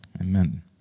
Amen